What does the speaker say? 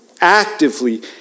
actively